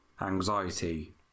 anxiety